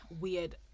weird